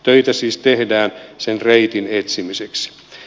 töitä siis tehdään sen reitin etsimiseksi